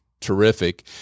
terrific